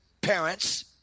parents